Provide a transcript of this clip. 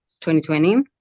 2020